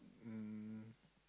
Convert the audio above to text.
um